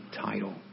title